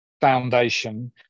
foundation